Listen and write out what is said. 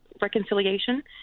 Reconciliation